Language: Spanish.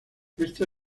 este